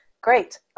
Great